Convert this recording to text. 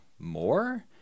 More